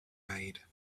made